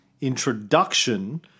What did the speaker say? introduction